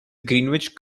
greenwich